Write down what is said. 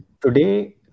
Today